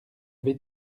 vais